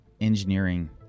engineering